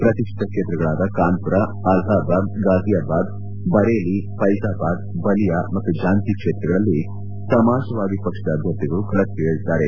ಪ್ರತಿಷ್ಠಿತ ಕ್ಷೇತ್ರಗಳಾದ ಕಾನ್ವರ ಅಲಹಾಬಾದ್ ಗಾಜಿಯಾಬಾದ್ ಬರೇಲಿ ಪೈಜಾಬಾದ್ ಬಲಿಯಾ ಮತ್ತು ಝಾನ್ಲಿ ಕ್ಷೇತ್ರಗಳಲ್ಲಿ ಸಮಾಜವಾದಿ ಪಕ್ಷದ ಅಭ್ಯರ್ಥಿಗಳು ಕಣಕ್ಷಿಳಿಯಲಿದ್ದಾರೆ